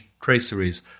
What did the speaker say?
traceries